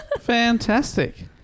Fantastic